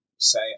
say